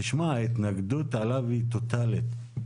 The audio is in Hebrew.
תשמע, ההתנגדות עליו היא טוטאלית.